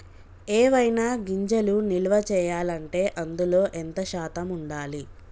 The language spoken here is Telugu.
ఏవైనా గింజలు నిల్వ చేయాలంటే అందులో ఎంత శాతం ఉండాలి?